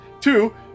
two